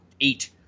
eight